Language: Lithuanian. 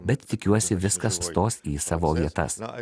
bet tikiuosi viskas stos į savo vietas